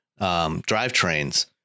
drivetrains